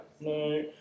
no